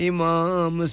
Imam